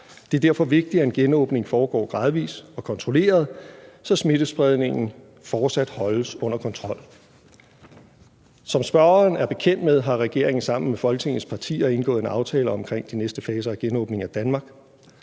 Det er derfor vigtigt, at en genåbning foregår gradvis og kontrolleret, så smittespredningen fortsat holdes under kontrol. Som spørgeren er bekendt med, har regeringen sammen med Folketingets partier indgået en aftale om de næste faser af genåbningen af Danmark.